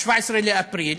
ב-17 לאפריל,